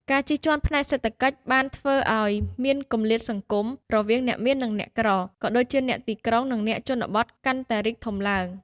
ការជិះជាន់ផ្នែកសេដ្ឋកិច្ចបានធ្វើឱ្យ មានគម្លាតសង្គម រវាងអ្នកមាន និងអ្នកក្រ ក៏ដូចជាអ្នកទីក្រុង និងអ្នកជនបទ កាន់តែរីកធំឡើង។